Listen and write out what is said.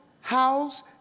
house